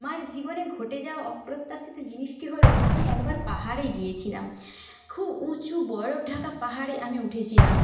আমার জীবনে ঘটে যাওয়া অপ্রত্যাশিত জিনিসটি হল আমি একবার পাহাড়ে গিয়েছিলাম খুব উঁচু বরফ ঢাকা পাহাড়ে আমি উঠেছিলাম